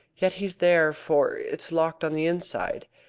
yet he's there, for it's locked on the inside.